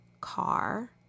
Car